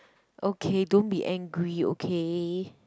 okay don't be angry okay